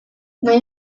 nahi